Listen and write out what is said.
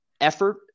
effort